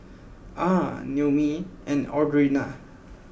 Ah Noemi and Audrina